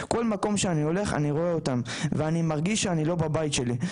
כל מקום שאני הולך אני רואה אותם ואני מרגיש שאני לא בבית שלי.